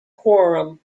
quorum